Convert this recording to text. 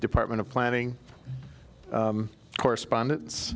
department of planning correspondence